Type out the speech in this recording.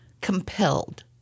compelled